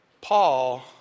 Paul